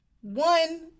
one